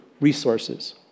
resources